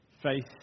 faith